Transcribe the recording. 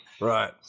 Right